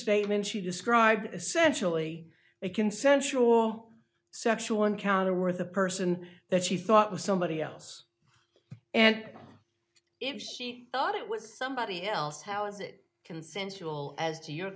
statement she described essential e a consensual sexual encounter with a person that she thought was somebody else and if she thought it was somebody else how is it consensual as to your